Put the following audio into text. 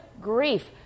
grief